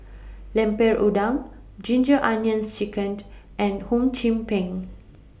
Lemper Udang Ginger Onions Chicken and Hum Chim Peng